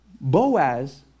Boaz